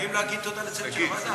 חייבים להגיד תודה לצוות של הוועדה.